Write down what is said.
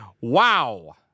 Wow